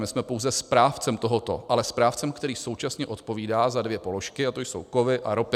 My jsme pouze správcem tohoto, ale správcem, který současně odpovídá za dvě položky, a to jsou kovy a ropa.